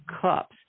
cups